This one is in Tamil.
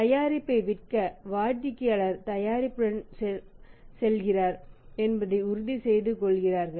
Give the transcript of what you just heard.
தயாரிப்பை விற்க வாடிக்கையாளர் தயாரிப்புடன் செல்கிறார் என்பதை உறுதி செய்து கொள்கிறார்